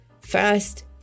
first